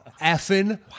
effing